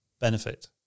benefit